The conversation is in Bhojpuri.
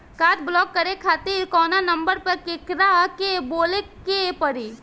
काड ब्लाक करे खातिर कवना नंबर पर केकरा के बोले के परी?